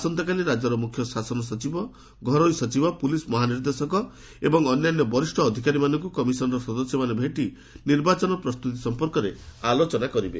ଆସନ୍ତାକାଲି ରାଜ୍ୟର ମୁଖ୍ୟ ଶାସନ ସଚିବ ଘରୋଇ ସଚିବ ପୁଲିସ୍ ମହାନିର୍ଦ୍ଦେଶକ ଏବଂ ଅନ୍ୟାନ୍ୟ ବରିଷ୍ଠ ଅଧିକାରୀଙ୍କୁ କମିଶନର ସଦସ୍ୟମାନେ ଭେଟି ନିର୍ବାଚନ ପ୍ରସ୍ତୁତି ସଂପର୍କରେ ଆଲୋଚନା କରିବେ